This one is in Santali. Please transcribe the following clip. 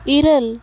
ᱤᱨᱟᱹᱞ